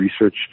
research